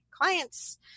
clients